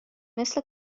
مثل